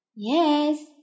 Yes